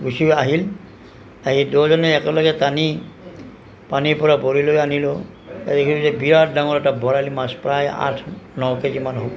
গুছি আহিল আহি দুয়োজনে একেলগে টানি পানীৰ পৰা বৰিলৈ আনিলো এইখিনিতে বিৰাট ডাঙৰ এটা বৰালি মাছ প্ৰায় আঠ ন কেজি মান হ'ব